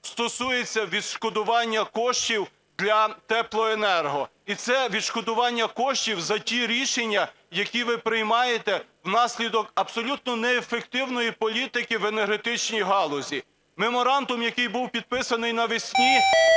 стосується відшкодування коштів для теплоенерго. І це відшкодування коштів за ті рішення, які ви приймаєте внаслідок абсолютно неефективної політики в енергетичній галузі. Меморандум, який був підписаний навесні,